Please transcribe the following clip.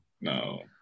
No